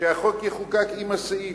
שהחוק יחוקק עם הסעיף,